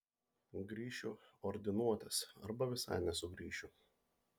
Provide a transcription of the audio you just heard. grįšiu ordinuotas arba visai nesugrįšiu